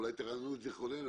אולי תרעננו את זיכרוננו.